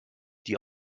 die